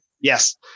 yes